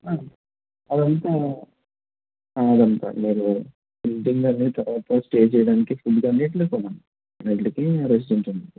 అదంత అదంతా వేరు వేరు డిన్నర్ చేసిన తర్వాత స్టే చేయడానికి ఫుడ్ అన్నింటికి కామన్ అన్నింటికి ప్రైస్ ఉంటుంది